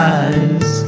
eyes